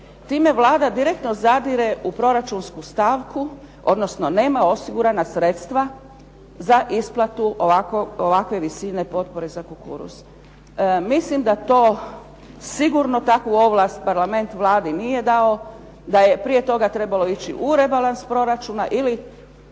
Time Vlada direktno zadire u proračunsku stavku, odnosno nema osigurana sredstva za isplatu ovakve visine potpore za kukuruz. Mislim da to sigurno takvu ovlast Parlament Vladi nije dao, da je prije toga trebalo ići u rebalans proračuna ili